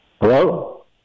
Hello